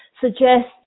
suggest